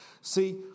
See